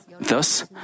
Thus